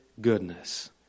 goodness